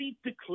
declared